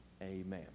Amen